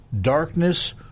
darkness